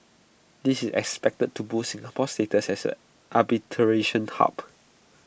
this is expected to boost Singapore's status as arbitration hub